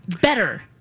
better